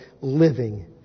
living